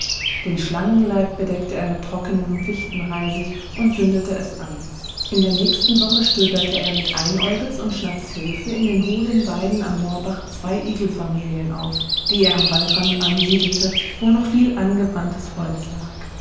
den schlangenleib bedeckte er mit trockenem fichtenreisig und zündete es an in der nächsten woche stöberte er mit einäugels und schnapps hilfe in den hohlen weiden am moorbach zwei igelfamilien auf die er am waldrand ansiedelte wo noch viel angebranntes holz lag